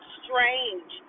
strange